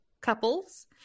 couples